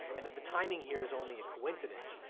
and that the timing here is only a coincidence.